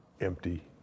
empty